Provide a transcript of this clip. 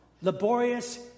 Laborious